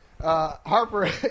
Harper